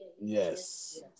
Yes